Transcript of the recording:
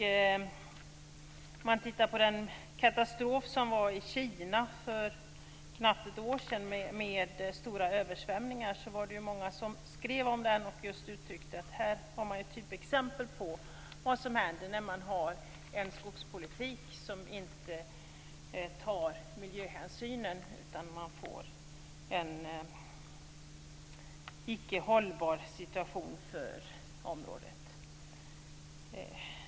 Man kan titta på den katastrof som var i Kina för knappt ett år sedan med stora översvämningar. Det var många som skrev om den och utryckte att här har man ett typexempel på vad som händer när man har en skogspolitik som inte tar miljöhänsyn. Man får en icke hållbar situation för området.